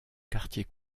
quartier